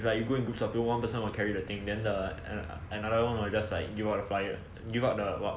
if like you go and groups of two one person will carry the thing then err and another one will just like give out the flyers give out the what